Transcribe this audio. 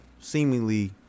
seemingly